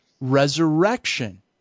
resurrection